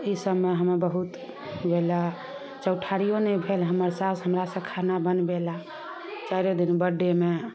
ई सभमे हमे बहुत देला चौठारियो नहि भेल हमर साउस हमरासँ खाना बनबेला चाइरे दिन बडेमे